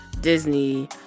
Disney